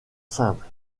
simple